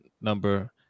number